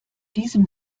diesem